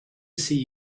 see